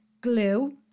glue